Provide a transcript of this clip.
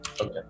Okay